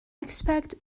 expect